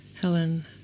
Helen